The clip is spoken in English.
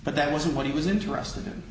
but that wasn't what he was interested in